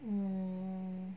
mm